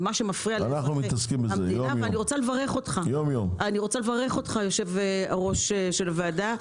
אני רוצה לברך אותך, יושב ראש הוועדה,